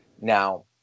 Now